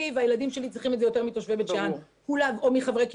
והילדים שלי צריכים את זה יותר מתושבי בית שאן או מחברי קיבוץ.